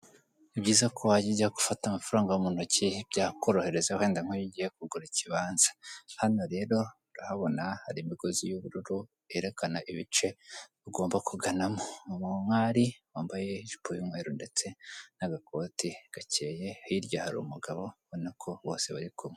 Ii byiza ko wajya ujya gufata amafaranga mu ntoki, byakorohereza wenda nkiyo kugura ikibanza. Hano rero urahabona hari imigozi y'ubururu yerekana ibice ugomba kuganamo, umwari wambaye ijipo y'umweru ndetse n'agakoti gakeye, hirya hari umugabo ubona ko bose bari kumwe.